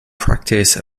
practice